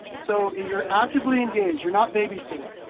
so you're actively engaged. you're not babysitting.